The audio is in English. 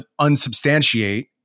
Unsubstantiate